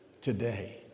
today